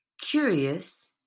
Curious